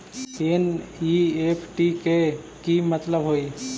NEFT के कि मतलब होइ?